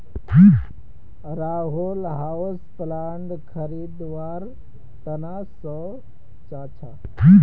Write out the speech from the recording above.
Rahul houseplant खरीदवार त न सो च छ